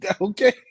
Okay